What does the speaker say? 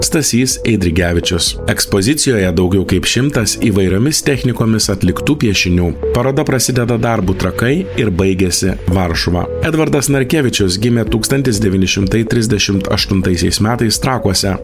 stasys eidrigevičius ekspozicijoje daugiau kaip šimtas įvairiomis techninėmis atliktų piešinių paroda prasideda darbu trakai ir baigiasi varšuva edvardas narkevičius gimė tūkstantis devyni šimtai trisdešimt aštuntaisiais metais trakuose